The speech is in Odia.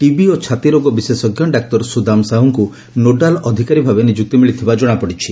ଟିବି ଓ ଛାତି ରୋଗ ବିଶେଷ୍କ ଡାକ୍ତର ସୁଦାମ ସାହୁଙ୍କୁ ନୋଡାଲ ଅଧିକାରୀମାନେ ନିଯୁକ୍ତି ମିଳିଥିବା ଜଣାପଡିଛି